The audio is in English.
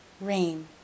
Rain